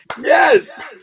Yes